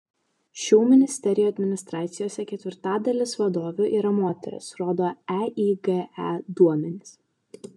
šių ministerijų administracijose ketvirtadalis vadovių yra moterys rodo eige duomenys